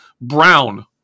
Brown